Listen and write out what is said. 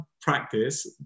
practice